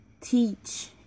teach